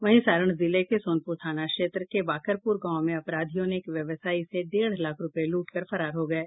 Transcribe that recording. वहीं सारण जिले के सोनपूर थाना क्षेत्र के बाकरपूर गांव में अपराधियों ने एक व्यवसायी से डेढ़ लाख रूपये लूट कर फरार हो गये